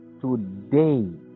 today